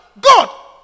God